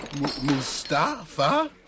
Mustafa